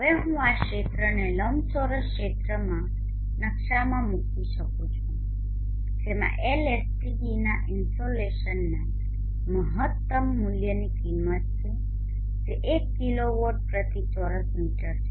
હવે હું આ ક્ષેત્રને લંબચોરસ ક્ષેત્રમાં નકશામાં મૂકી શકું છું જેમાં Lstdના ઇન્સોલેશનના મહત્તમ મૂલ્યની કિંમત છે જે 1 કિલોવોટ પ્રતિ ચોરસ મીટર છે